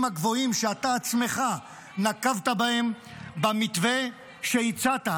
הגבוהים שאתה עצמך נקבת בהם במתווה שהצעת,